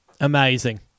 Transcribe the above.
Amazing